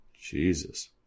jesus